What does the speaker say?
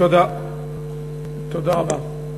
תודה רבה.